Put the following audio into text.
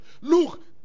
Look